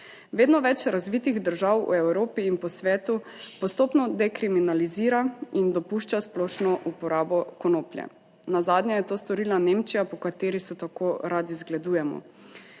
Vedno več razvitih držav v Evropi in po svetu postopno dekriminalizira in dopušča splošno uporabo konoplje. Nazadnje je to storila Nemčija, po kateri se tako radi zgledujemo.